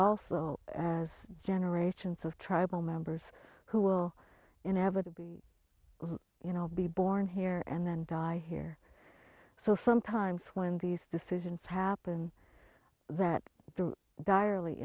also as generations of tribal members who will inevitably you know be born here and then die here so sometimes when these decisions happen that dire